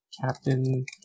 Captain